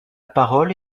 parole